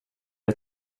jag